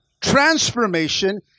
transformation